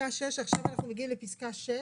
עכשיו אנחנו מגיעים לפסקה (6).